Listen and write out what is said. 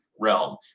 realm